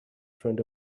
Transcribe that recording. front